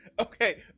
Okay